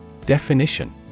Definition